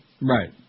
Right